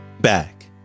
back